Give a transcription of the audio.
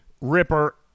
Ripper